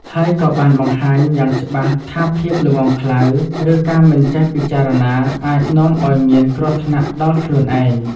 ហើយក៏បានបង្ហាញយ៉ាងច្បាស់ថាភាពល្ងង់ខ្លៅ ឬការមិនចេះពិចារណាអាចនាំឲ្យមានគ្រោះថ្នាក់ដល់ខ្លួនឯង។